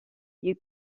you